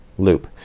loop.